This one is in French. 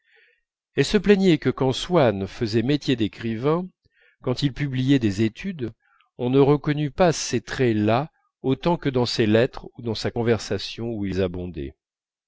elle se plaignait que quand swann faisait métier d'écrivain quand il publiait des études on ne reconnût pas ces traits là autant que dans les lettres ou dans sa conversation où ils abondaient